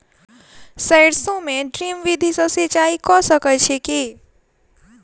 सैरसो मे ड्रिप विधि सँ सिंचाई कऽ सकैत छी की?